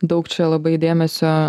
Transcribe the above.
daug čia labai dėmesio